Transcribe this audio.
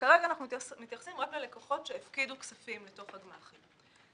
וכרגע אנחנו מתייחסים רק ללקוחות שהפקידו כספים בתוך הגמ"חים.